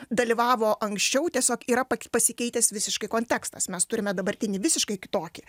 dalyvavo anksčiau tiesiog yra pasikeitęs visiškai kontekstas mes turime dabartinį visiškai kitokį